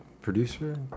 Producer